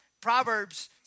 Proverbs